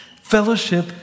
Fellowship